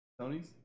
Tony's